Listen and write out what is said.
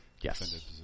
Yes